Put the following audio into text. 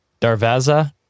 Darvaza